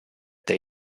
they